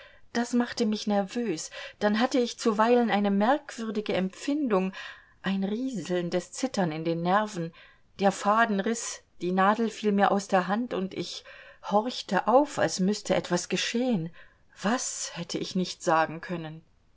das machte mich nervös dann hatte ich zuweilen eine merkwürdige empfindung ein rieselndes zittern in den nerven der faden riß die nadel fiel mir aus der hand und ich horchte auf als müßte etwas geschehen was hätte ich nicht sagen können